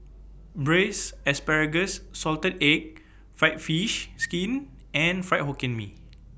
Braised Asparagus Salted Egg Fried Fish Skin and Fried Hokkien Mee